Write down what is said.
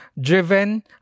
driven